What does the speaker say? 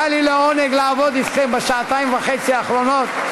(מחיאות כפיים) היה לי לעונג לעבוד אתכם בשעתיים וחצי האחרונות.